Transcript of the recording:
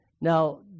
Now